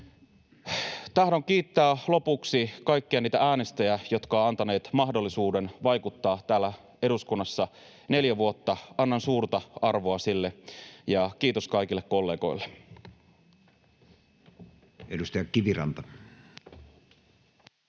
Tahdon kiittää lopuksi kaikkia niitä äänestäjiä, jotka ovat antaneet mahdollisuuden vaikuttaa täällä eduskunnassa neljä vuotta. Annan suurta arvoa sille. Ja kiitos kaikille kollegoille.